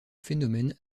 phénomène